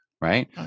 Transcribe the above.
Right